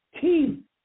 team